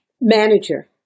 manager